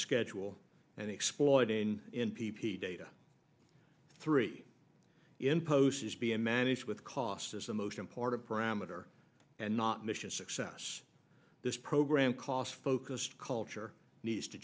schedule and exploiting in p p data three in post is being managed with cost is the most important parameter and not mission success this program cost focused culture needs to